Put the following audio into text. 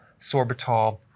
sorbitol